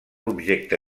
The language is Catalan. objecte